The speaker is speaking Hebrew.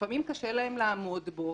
לפעמים קשה להם לעמוד בו,